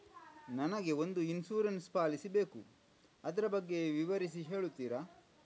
ನನಗೆ ಒಂದು insurance policy ಬೇಕು ಅದರ ಬಗ್ಗೆ ವಿವರಿಸಿ ಹೇಳುತ್ತೀರಾ?